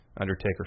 Undertaker